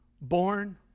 Born